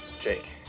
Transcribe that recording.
Jake